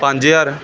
ਪੰਜ ਹਜ਼ਾਰ